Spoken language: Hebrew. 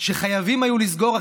שחייבים היו לסגור,